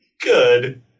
good